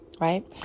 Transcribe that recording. Right